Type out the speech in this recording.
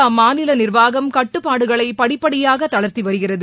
அம்மாநில நிர்வாகம் கட்டுப்பாடுகளை படிப்படியாக தளர்த்தி வருகிறது